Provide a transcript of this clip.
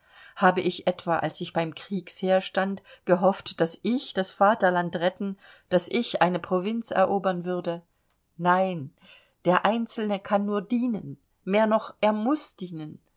habe ich etwa als ich beim kriegsheer stand gehofft daß ich das vaterland retten daß ich eine provinz erobern würde nein der einzelne kann nur dienen mehr noch er muß dienen